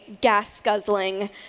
gas-guzzling